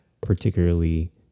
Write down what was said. particularly